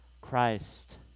Christ